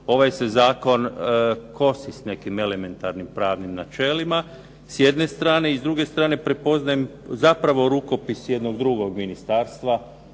ovaj se zakon kosi s nekim elementarnim pravnim načelima s jedne strane i s druge strane prepoznajem zapravo rukopis jednog drugog ministarstva